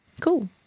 Cool